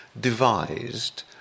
devised